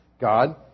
God